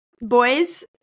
boys